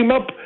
up